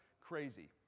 crazy